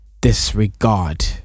disregard